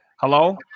hello